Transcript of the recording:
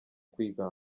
kwiga